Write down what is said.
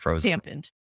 dampened